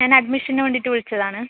ഞാൻ അഡ്മിഷന് വേണ്ടിയിട്ട് വിളിച്ചതാണ്